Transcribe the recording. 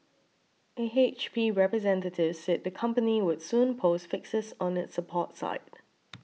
an H P representative said the company would soon post fixes on its support site